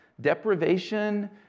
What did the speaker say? deprivation